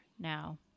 now